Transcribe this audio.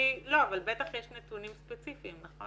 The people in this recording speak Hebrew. אבל בטח יש נתונים ספציפיים נכון?